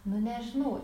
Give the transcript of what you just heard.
nu nežinau